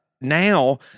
now